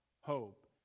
hope